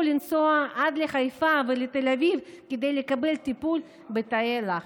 לנסוע עד לחיפה ותל אביב כדי לקבל טיפול בתאי לחץ.